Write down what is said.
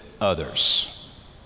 others